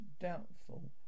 doubtful